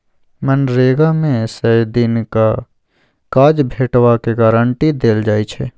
मनरेगा मे सय दिनक काज भेटबाक गारंटी देल जाइ छै